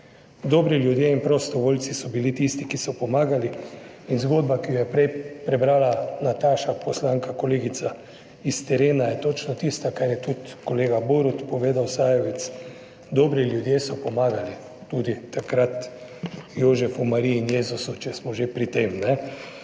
Dobri ljudje in prostovoljci so bili tisti, ki so pomagali, in zgodba, ki jo je prej prebrala Nataša, poslanka, kolegica iz terena, je točno tisto, kar je tudi kolega Borut povedal, Sajovic, dobri ljudje so pomagali tudi takrat Jožefu, Mariji in Jezusu, če smo že pri tem.